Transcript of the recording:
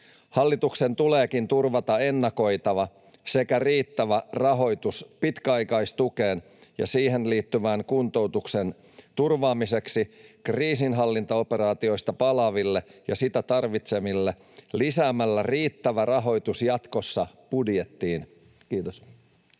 Hallituksen tuleekin turvata ennakoitava sekä riittävä rahoitus pitkäaikaistukeen ja siihen liittyvän kuntoutuksen turvaamiseksi kriisinhallintaoperaatioista palaaville ja sitä tarvitseville lisäämällä riittävä rahoitus jatkossa budjettiin. — Kiitos.